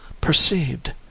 perceived